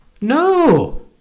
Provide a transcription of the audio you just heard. No